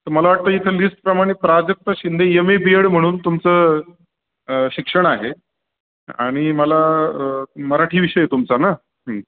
त मला वाटतं इथं लिस्टप्रमाणे Prajakta Shinde M A B Ed म्हणून तुमचं शिक्षण आहे आणि मला मराठी विषय तुमचा ना